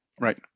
Right